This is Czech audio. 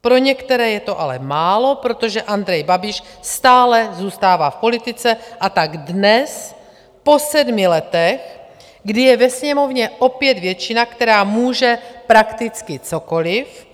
Pro některé je to ale málo, protože Andrej Babiš stále zůstává v politice, a tak dnes, po sedmi letech, kdy je ve Sněmovně opět většina, která může prakticky cokoliv,